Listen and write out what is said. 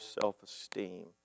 self-esteem